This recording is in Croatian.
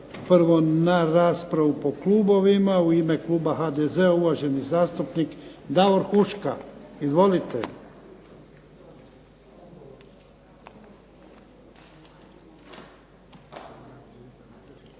prvo na raspravu po klubovima. U ime kluba HDZ-a, uvaženi zastupnik Davor Huška. Izvolite. **Huška,